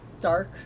dark